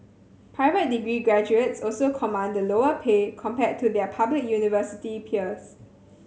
private degree graduates also command the lower pay compared to their public university peers